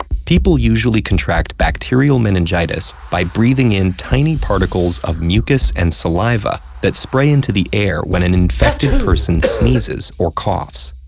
people usually contract bacterial meningitis by breathing in tiny particles of mucus and saliva that spray into the air when an infected person sneezes or coughs.